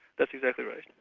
that's exactly right.